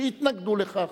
שהתנגדו לכך,